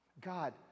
God